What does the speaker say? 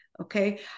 okay